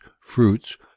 fruits